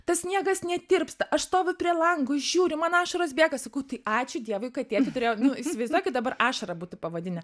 tas sniegas netirpsta aš stoviu prie lango žiūriu man ašaros bėga sakau tai ačiū dievui kad tėtį turėjau nu įsivaizduokit dabar ašara būtų pavadinę